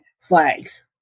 flags